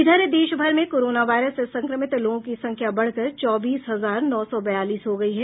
इधर देश भर में कोरोना वायरस से संक्रमित लोगों की संख्या बढ़कर चौबीस हजार नौ सौ बयालीस हो गयी है